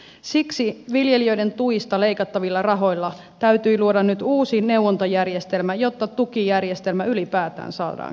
siksi viljelijöiden tuista leikattavilla rahoilla täytyi luoda nyt uusi neuvontajärjestelmä jotta tukijärjestelmä ylipäätään saadaan käyntiin